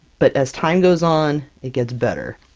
but as time goes on, it gets better,